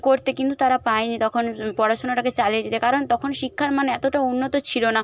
করতে কিন্তু তারা পায়নি তখন পড়াশোনাটাকে চালিয়ে যেতে কারণ তখন শিক্ষার মান এতটা উন্নত ছিল না